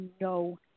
no